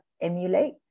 emulate